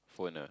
phone lah